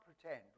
pretend